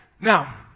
Now